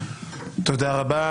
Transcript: תודה רבה.